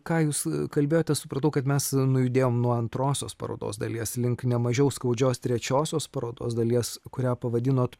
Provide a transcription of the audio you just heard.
ką jūs kalbėjote supratau kad mes judėjom nuo antrosios parodos dalies link nemažiau skaudžios trečiosios parodos dalies kurią pavadinot